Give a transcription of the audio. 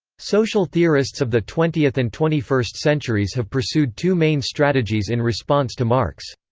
social theorists of the twentieth and twenty first centuries have pursued two main strategies in response to marx.